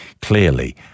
clearly